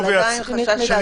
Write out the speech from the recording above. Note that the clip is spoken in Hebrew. אבל עדיין חשש להדבקה נרחבת.